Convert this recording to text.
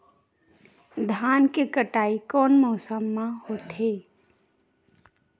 धान के कटाई कोन मौसम मा होथे?